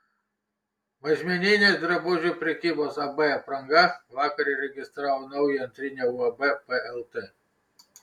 mažmeninės drabužių prekybos ab apranga vakar įregistravo naują antrinę uab plt